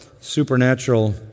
supernatural